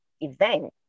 event